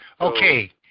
Okay